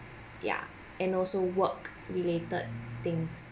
ya and also work related things